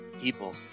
people